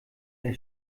der